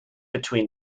between